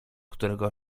którego